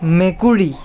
মেকুৰী